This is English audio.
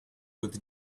with